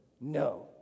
No